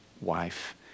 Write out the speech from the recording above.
wife